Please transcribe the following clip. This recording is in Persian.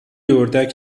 اردک